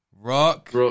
rock